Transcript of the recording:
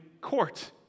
court